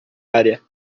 área